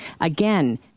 again